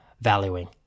valuing